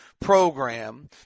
program